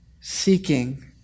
seeking